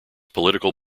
political